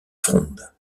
fronde